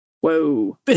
whoa